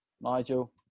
Nigel